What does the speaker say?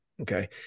okay